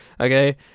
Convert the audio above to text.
Okay